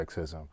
sexism